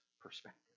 perspective